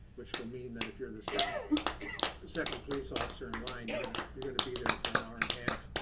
which will mean that if you're the so yeah the second police officer in line yeah you're going to be there for an hour and a half.